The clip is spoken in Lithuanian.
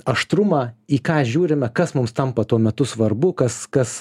aštrumą į ką žiūrime kas mums tampa tuo metu svarbu kas kas